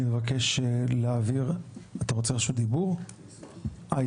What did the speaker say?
אני מגדיר את הזמנים ומבקש מהדוברים הבאים, אנחנו